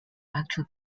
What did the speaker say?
actual